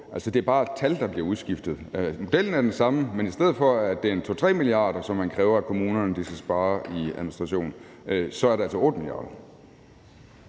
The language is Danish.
det er bare tallene, der bliver udskiftet. Modellen er den samme, men i stedet for at det er 2 eller 3 mia. kr., som man kræver kommunerne skal spare i administration, er det altså 8 mia. kr.